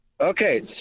Okay